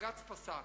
בג"ץ פסק.